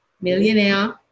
Millionaire